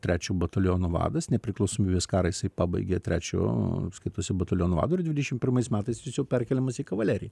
trečio bataliono vadas nepriklausomybės karą jisai pabaigė trečio skaitosi bataliono vado ir dvidešim pirmais metais jis jau perkeliamas į kavaleriją